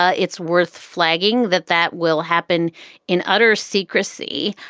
ah it's worth flagging that that will happen in utter secrecy.